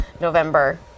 November